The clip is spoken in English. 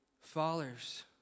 Fathers